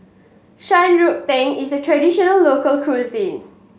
Shan Rui Tang is a traditional local cuisine